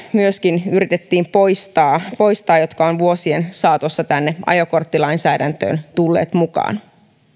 myöskin yritettiin poistaa suomi lisät jotka ovat vuosien saatossa tänne ajokorttilainsäädäntöön tulleet mukaan